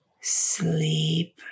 Sleep